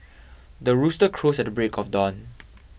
the rooster crows at the break of dawn